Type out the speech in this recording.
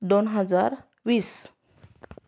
दोन हजार वीस